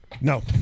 no